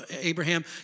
Abraham